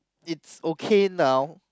it's okay now